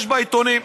יש בעיתונים,